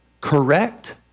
correct